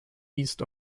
east